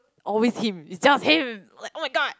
always him it's just him like [oh]-my-god